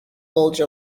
bulge